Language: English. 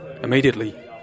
immediately